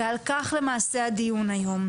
ועל כך הדיון היום.